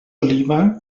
oliva